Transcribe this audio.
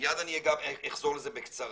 מיד אני אחזור אל זה בקצרה.